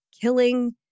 killing